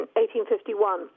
1851